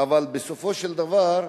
אבל בסופו של דבר,